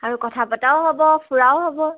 আৰু কথা পতাও হ'ব ফুৰাও হ'ব